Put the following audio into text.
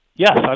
Yes